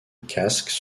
casques